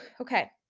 Okay